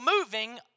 moving